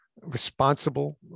responsible